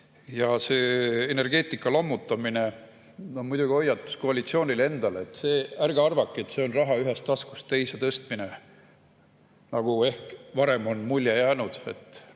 See on energeetika lammutamine. Muidugi on see hoiatus koalitsioonile endale, et ärge arvake, et see on raha ühest taskust teise tõstmine, nagu ehk varem on mulje jäänud, et